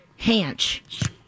Hanch